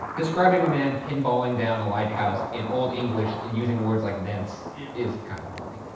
describing a man pinballing down a lighthouse in old english using words like thence yeah. is kinda funny.